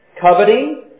coveting